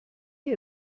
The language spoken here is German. die